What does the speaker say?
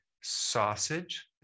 sausage